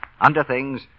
underthings